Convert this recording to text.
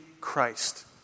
Christ